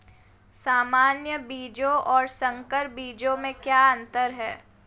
सामान्य बीजों और संकर बीजों में क्या अंतर है?